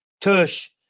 tush